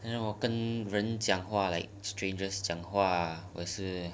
and then 我跟人讲话 like strangers 讲话我是